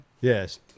Yes